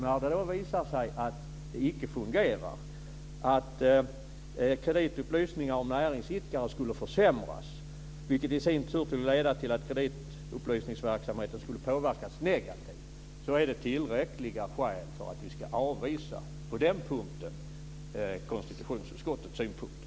När det då visar sig att det inte fungerar, och att kreditupplysningar av näringsidkare skulle försämras - vilket i sin tur skulle leda till att kreditupplysningsverksamheten skulle påverkas negativ - är det tillräckliga skäl för att vi på den punkten ska avvisa konstitutionsutskottets synpunkter.